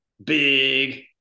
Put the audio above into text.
Big